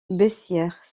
bessières